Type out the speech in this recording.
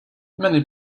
many